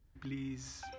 please